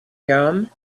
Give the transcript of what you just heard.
urim